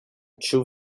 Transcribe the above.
true